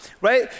right